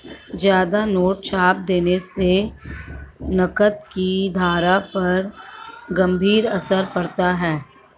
ज्यादा नोट छाप देने से नकद की धारा पर गंभीर असर पड़ता है